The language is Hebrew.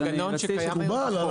כן, אין בעיה.